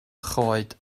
choed